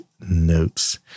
notes